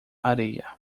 areia